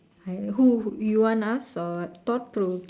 I who you want us or thought provoking